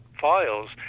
files